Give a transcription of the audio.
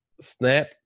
Snap